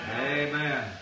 Amen